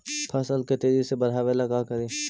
फसल के तेजी से बढ़ाबे ला का करि?